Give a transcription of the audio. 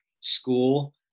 school